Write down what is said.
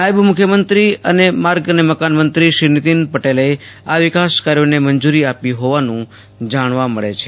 નાયબ મુખ્યમંત્રી અને માર્ગ મકાનમંત્રી શ્રી નીતિન પટેલે વિકાસ કાર્યોને મંજૂરી આપી હોવાનું જાણવા મળે છે